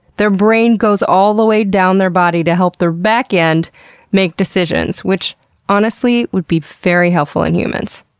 their brain goes all the way down their body to help their back end make decisions, which honestly would be very helpful in humans,